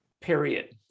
period